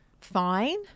fine